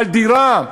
בדירה,